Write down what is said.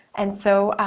and so,